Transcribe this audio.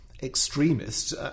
Extremists